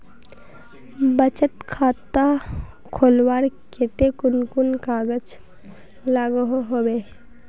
बचत खाता खोलवार केते कुन कुन कागज लागोहो होबे?